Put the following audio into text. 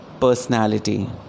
personality